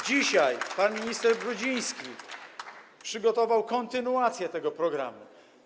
Dzisiaj pan minister Brudziński przygotował kontynuację tego programu.